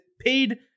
paid